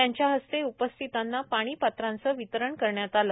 त्यांच्या हस्ते उपस्थित असलेल्यांना पाणी पात्रांचे वितरण करण्यात आले